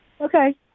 Okay